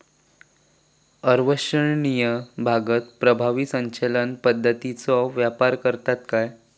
अवर्षणिय भागात प्रभावी सिंचन पद्धतीचो वापर करतत काय?